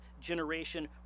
generation